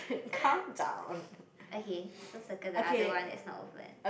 okay so circle the other one that's not open